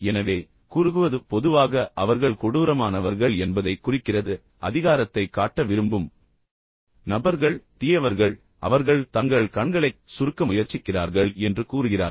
எனவே குறுகுவது பொதுவாக அவர்கள் கொடூரமானவர்கள் என்பதைக் குறிக்கிறது அதிகாரத்தைக் காட்ட விரும்பும் நபர்கள் தீயவர்கள் தந்திரமானவர்கள் அவர்கள் தங்கள் கண்களைக் சுருக்க முயற்சிக்கிறார்கள் என்று கூறுகிறார்கள்